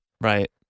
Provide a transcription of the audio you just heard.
Right